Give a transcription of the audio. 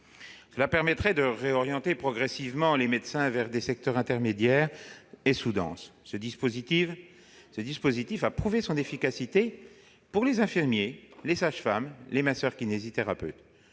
Cela permettrait de réorienter progressivement les médecins vers des secteurs intermédiaires et sous-denses. Ce dispositif a prouvé son efficacité pour les infirmiers, les sages-femmes et les masseurs-kinésithérapeutes.